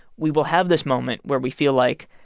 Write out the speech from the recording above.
we will have this moment where we feel like,